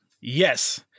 Yes